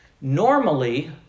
Normally